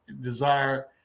desire